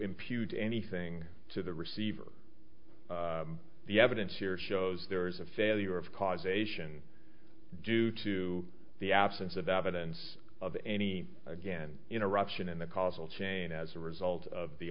impute anything to the receiver the evidence here shows there is a failure of causation due to the absence of evidence of any again interruption in the causal chain as a result of the